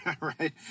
Right